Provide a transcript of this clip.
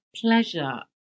pleasure